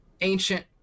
ancient